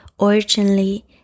originally